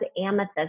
amethyst